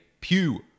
Pew